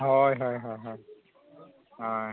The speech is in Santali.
ᱦᱳᱭ ᱦᱳᱭ ᱦᱳᱭ ᱦᱳᱭ ᱦᱳᱭ